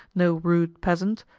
no rude peasant.